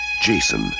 jason